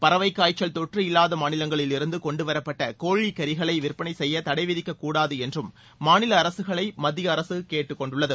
பறவை காய்ச்சல் தொற்று இல்லாத மாநிலங்களிலிருந்து கொண்டுவரப்பட்ட கோழிகறிகளை விற்பளை செய்ய தடை விதிக்கக்கூடாது என்றும் மாநில அரசுகளை மத்திய அரசு கேட்டுக்கொண்டுள்ளது